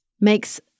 makes